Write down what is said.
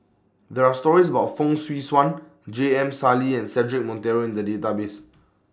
There Are stories about Fong Swee Suan J M Sali and Cedric Monteiro in The Database